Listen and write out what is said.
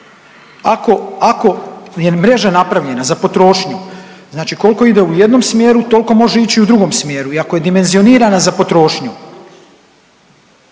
ako je mreža napravljena za potrošnju znači koliko ide u jednom smjeru toliko može ići u drugom smjeru i ako je dimenzionirana za potrošnju,